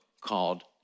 called